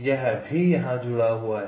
यह भी यहाँ जुड़ा हुआ है